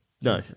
No